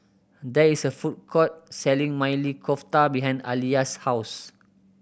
there is a food court selling Maili Kofta behind Aliya's house